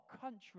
country